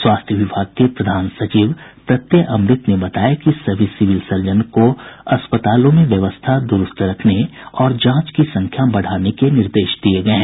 स्वास्थ्य विभाग के प्रधान सचिव प्रत्यय अमृत ने बताया कि सभी सिविल सर्जन को अस्पतालों में व्यवस्था दुरूस्त रखने और जांच की संख्या बढ़ाने के निर्देश दिये गये हैं